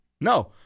no